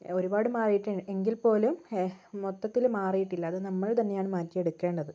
ഒരുപാട് മാറിയിട്ടുണ്ട് എങ്കിൽ പോലും മൊത്തത്തിൽ മാറിയിട്ടില്ല നമ്മള് തന്നെയാണ് മാറ്റിയെടുക്കേണ്ടത്